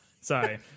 Sorry